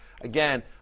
again